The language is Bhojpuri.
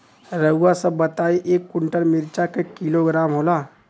रउआ सभ बताई एक कुन्टल मिर्चा क किलोग्राम होला?